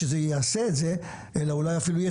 אפילו,